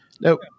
No